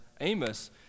Amos